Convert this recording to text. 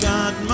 God